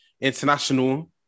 international